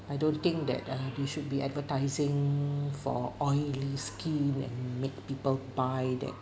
I don't think that uh they should be advertising for oily skin and make people buy that